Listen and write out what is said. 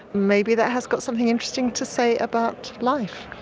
maybe that has got something interesting to say about life.